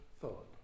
thought